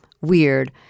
Weird